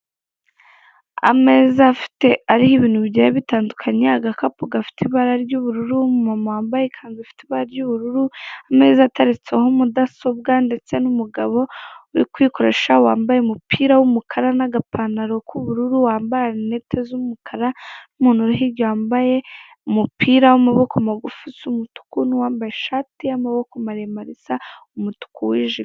Ameza afite ariho ibintu bigiye bitandukanye, agakapu gafite ibara ry'ubururu, umumama wambaye ikanzu ifite ibara ry'ubururu, ameza ateretseho mudasobwa ndetse n'umugabo uri kuyikoresha, wambaye umupira w'umukara n'agapantaro k'ubururu, wambaye rinete z'umukara n'umuntu uri hirya, wambaye umupira w'amaboko magufi usa umutuku n'uwambaye ishati y'amaboko maremare usa umutuku wijimye.